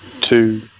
two